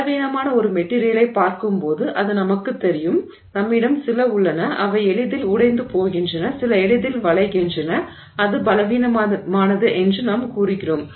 பலவீனமான ஒரு மெட்டிரியலைப் பார்க்கும்போது அது நமக்குத் தெரியும் நம்மிடம் சில உள்ளன அவை எளிதில் உடைந்து போகின்றன சில எளிதில் வளைகின்றன அது பலவீனமானது என்று நாம் கூறுகிறோம்